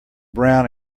brown